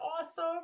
awesome